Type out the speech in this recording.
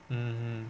mmhmm